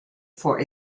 for